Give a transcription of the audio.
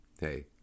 hey